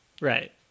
Right